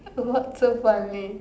what's so funny